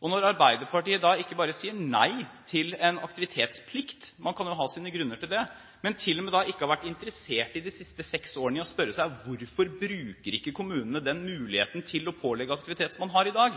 dag. Når Arbeiderpartiet da ikke bare sier nei til en aktivitetsplikt – man kan jo ha sine grunner til det – men ikke engang har vært interessert de siste seks årene i å spørre seg hvorfor kommunene ikke bruker muligheten til å pålegge aktivitet som man har i dag,